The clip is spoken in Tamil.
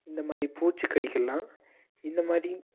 இந்த மாதிரி பூச்சி கடிக்கெல்லாம் இந்த மாதிரி